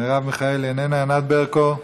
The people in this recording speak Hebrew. מרב מיכאלי, איננה, ענת ברקו,